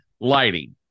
Lighting